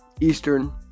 Eastern